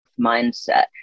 mindset